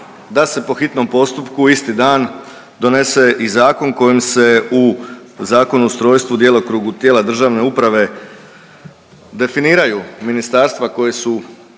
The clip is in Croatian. da se po hitnom postupku isti dan donese i zakon kojim se u Zakon o ustrojstvu djelokrugu državne uprave definiraju ministarstva koji su